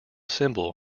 symbol